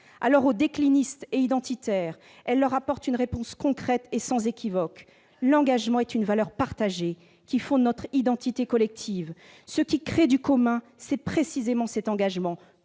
Aux « déclinistes » et aux identitaires, elle apporte une réponse concrète et sans équivoque : l'engagement est une valeur partagée qui fonde notre identité collective. Ce qui crée du commun, c'est précisément cet engagement